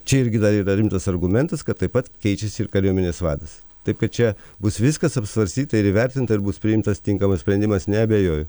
čia irgi dar yra rimtas argumentas kad taip pat keičiasi ir kariuomenės vadas taip kad čia bus viskas apsvarstyta ir įvertinta ir bus priimtas tinkamas sprendimas neabejoju